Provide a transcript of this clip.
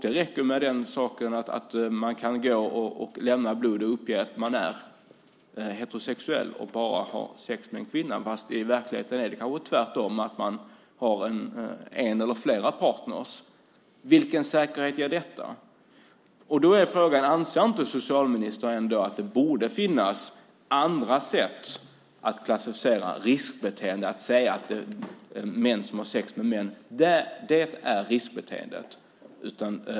Det räcker att man vid blodgivning uppger att man är heterosexuell och har sex med bara en kvinna fast det i verkligheten kan vara tvärtom med en eller flera partner. Vilken säkerhet ger detta? Anser ändå inte socialministern att det borde finnas andra sätt att klassificera riskbeteende än att säga att män som har sex med män utgör ett riskbeteende?